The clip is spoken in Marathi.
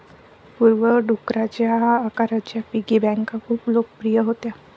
पूर्वी, डुकराच्या आकाराच्या पिगी बँका खूप लोकप्रिय होत्या